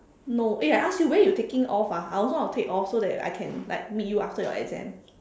no eh I ask you when you taking off ah I also want take off so that I can like meet you after your exam